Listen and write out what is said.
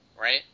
right